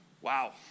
Wow